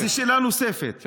אז זו שאלה נוספת.